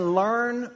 learn